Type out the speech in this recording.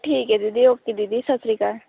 ਠੀਕ ਹੈ ਦੀਦੀ ਓਕੇ ਦੀਦੀ ਸਤਿ ਸ਼੍ਰੀ ਅਕਾਲ